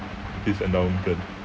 this endowment plan